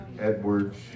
Edwards